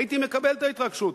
הייתי מקבל את ההתרגשות.